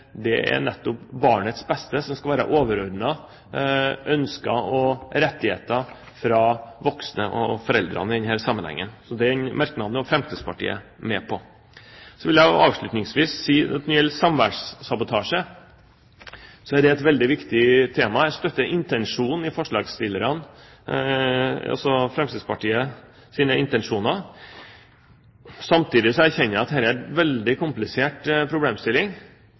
at det nettopp er barnets beste som skal være overordnet voksnes og foreldres ønsker og rettigheter i denne sammenhengen. Den merknaden er også Fremskrittspartiet med på. Avslutningsvis vil jeg si at når det gjelder samværssabotasje, er det et veldig viktig tema. Jeg støtter Fremskrittspartiets intensjoner med forslaget. Samtidig erkjenner jeg at dette er en veldig komplisert problemstilling.